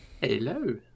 Hello